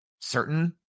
certain